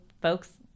folks